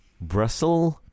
Brussels